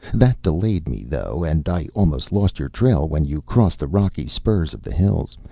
that delayed me, though, and i almost lost your trail when you crossed the rocky spurs of the hills.